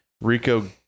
Rico